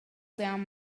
down